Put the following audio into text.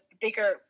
bigger